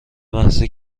محضی